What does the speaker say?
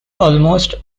almost